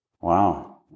Wow